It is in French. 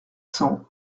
cent